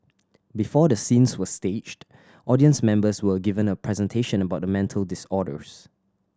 before the scenes were staged audience members were given a presentation about the mental disorders